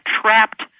trapped